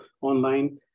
online